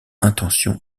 intention